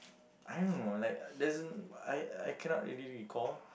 I don't know like as in I I cannot really recall